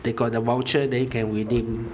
they got the voucher then you can redeem